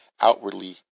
outwardly